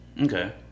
okay